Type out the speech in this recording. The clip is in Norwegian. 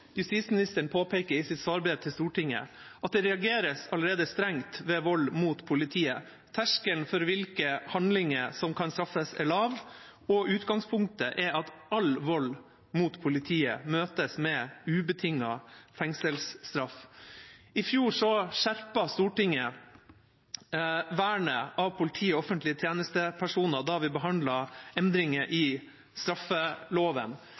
justisministeren påpeker i sitt svarbrev til Stortinget, at det allerede reageres strengt ved vold mot politiet. Terskelen for hvilke handlinger som kan straffes, er lav, og utgangspunktet er at all vold mot politiet møtes med ubetinget fengselsstraff. I fjor skjerpet Stortinget vernet av politi og offentlige tjenestepersoner da vi behandlet endringer i straffeloven.